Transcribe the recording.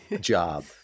Job